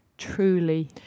truly